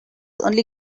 only